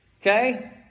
okay